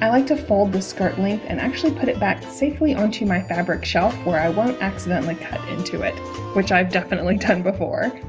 i like to fold the skirt length and actually put it back safely onto my fabric shelf where i won't accidentally cut into it which i've definitely done before